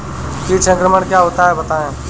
कीट संक्रमण क्या होता है बताएँ?